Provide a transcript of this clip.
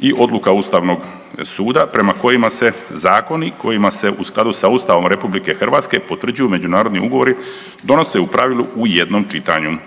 i odluka Ustavnog suda prema kojima se zakonima kojima se u skladu sa Ustavom RH potvrđuju međunarodni ugovori donose u pravilu u jednom čitanju,